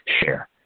share